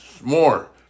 more